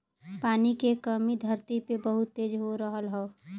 पानी के कमी धरती पे बहुत तेज हो रहल हौ